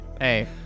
Hey